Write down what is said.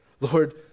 Lord